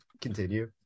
continue